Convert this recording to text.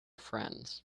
friends